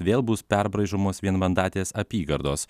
vėl bus perbraižomos vienmandatės apygardos